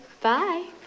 bye